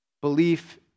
Belief